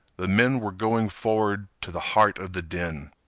the men were going forward to the heart of the din.